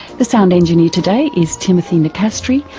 the sound engineer today is timothy nicastri.